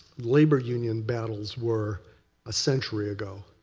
labor union battles were a century ago.